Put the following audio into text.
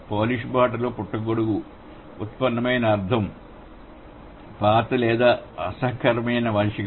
Polish భాషలో పుట్టగొడుగు ఉత్పన్నమైన అర్ధం పాత లేదా అసహ్యకరమైన మనిషిగా